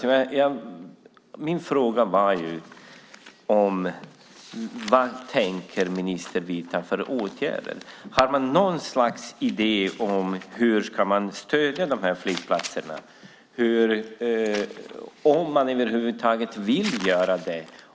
Min fråga var vilka åtgärder ministern tänker vidta. Finns det något slags idé om hur man ska stödja de här flygplatserna, om man över huvud taget vill göra det?